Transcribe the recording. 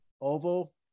Oval